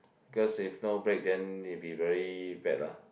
cause if no break then they be very bad ah